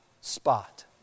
spot